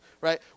right